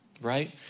right